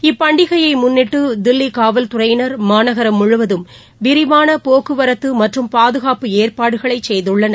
இப்பண்டிகையைமுன்னிட்டுதில்லிகாவல்துறையினர் மாநகரம் முழுவதும் வரிவானபோக்குவரத்தமற்றும் பாதுகாப்பு ஏற்பாடுகளைசெய்துள்ளனர்